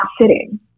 sitting